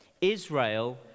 Israel